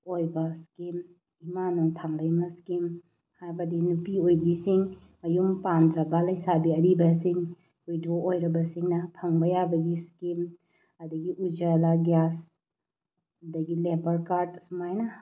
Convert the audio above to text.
ꯑꯣꯏꯕ ꯏꯁꯀꯤꯝ ꯏꯃꯥ ꯅꯣꯡꯊꯥꯡꯂꯩꯃ ꯏꯁꯀꯤꯝ ꯍꯥꯏꯕꯗꯤ ꯅꯨꯄꯤꯑꯣꯏꯕꯤꯁꯤꯡ ꯃꯌꯨꯝ ꯄꯥꯟꯗ꯭ꯔꯕ ꯂꯩꯁꯥꯕꯤ ꯑꯔꯤꯕꯁꯤꯡ ꯋꯤꯗꯣ ꯑꯣꯏꯔꯁꯤꯡꯅ ꯐꯪꯕ ꯌꯥꯕꯒꯤ ꯏꯁꯀꯤꯝ ꯑꯗꯨꯗꯒꯤ ꯎꯖꯥꯂꯥ ꯒ꯭ꯌꯥꯁ ꯑꯗꯒꯤ ꯂꯦꯕꯔ ꯀꯥꯠ ꯁꯨꯃꯥꯏꯅ